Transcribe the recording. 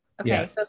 Okay